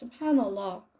SubhanAllah